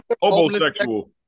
Homosexual